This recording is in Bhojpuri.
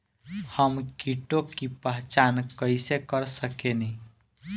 हम कीटों की पहचान कईसे कर सकेनी?